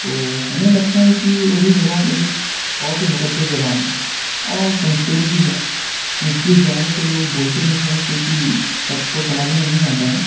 تو ہمیں لگتا ہے کہ اردو زبان ایک بہت ہی مقدس زبان ہے اور سنسکرت بھی ہے سنسکرت زیادہ تر لوگ بولتے نہیں ہیں کیوںکہ سب کو سمجھ میں نہیں آتا ہے